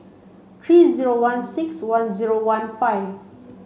three zero one six one zero one five